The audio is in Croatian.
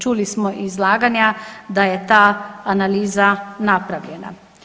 Čuli smo izlaganja da je ta analiza napravljena.